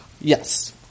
Yes